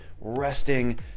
resting